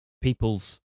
people's